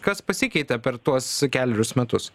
kas pasikeitė per tuos kelerius metus